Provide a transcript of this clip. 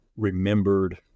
remembered